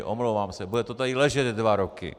Omlouvám se, bude to tady ležet dva roky.